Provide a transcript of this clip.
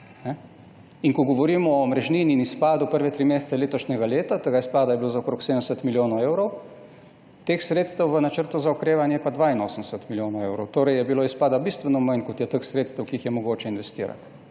Ko govorimo o omrežnini in izpadu prve tri mesece letošnjega leta, tega izpada je bilo za okrog 70 milijonov evrov, teh sredstev v načrtu za okrevanje pa je 82 milijonov evrov. Torej je bilo izpada bistveno manj, kot je teh sredstev, ki jih je mogoče investirati.